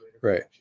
Right